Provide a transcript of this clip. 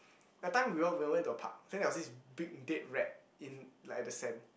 that time we all we all went to a park then there was this big dead rat in like the sand